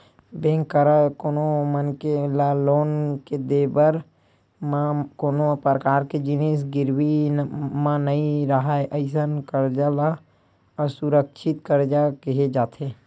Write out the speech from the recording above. bank करा कोनो मनखे ल लोन के देवब म कोनो परकार के जिनिस गिरवी म नइ राहय अइसन करजा ल असुरक्छित करजा केहे जाथे